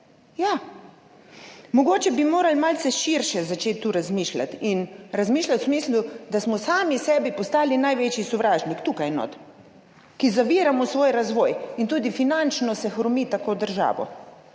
Ja, mogoče bi morali začeti malce širše tu razmišljati in razmišljati v smislu, da smo sami sebi postali največji sovražnik tukaj notri, da zaviramo svoj razvoj in tudi finančno se tako hromi državo.